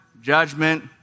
Judgment